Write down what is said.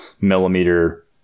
millimeter